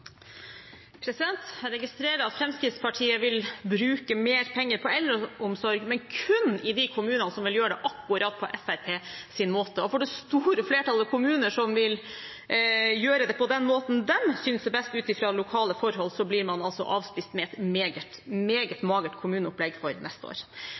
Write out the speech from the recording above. Jeg registrerer at Fremskrittspartiet vil bruke mer penger på eldreomsorg, men kun i de kommunene som vil gjøre det akkurat på Fremskrittspartiets måte. Det store flertallet kommuner som vil gjøre det på den måten de synes er best ut fra lokale forhold, blir altså avspist med et meget magert kommuneopplegg for neste år.